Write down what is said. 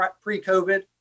pre-COVID